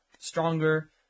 Stronger